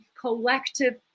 collective